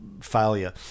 failure